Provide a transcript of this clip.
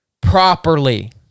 properly